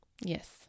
Yes